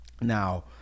Now